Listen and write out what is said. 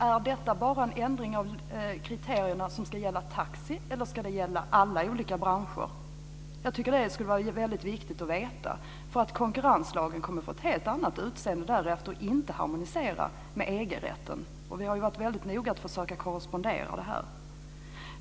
Är detta bara en ändring av kriterierna som ska gälla taxi, eller ska det gälla alla branscher? Jag tycker att det skulle vara väldigt viktigt att veta. Konkurrenslagen kommer att få ett helt annat utseende därefter och inte harmonisera med EG-rätten. Vi har ju varit väldigt noga med att försöka korrespondera detta.